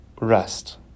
rest